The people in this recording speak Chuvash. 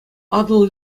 атӑл